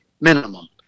Minimum